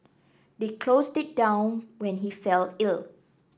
they closed it down when he fell ill